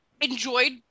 enjoyed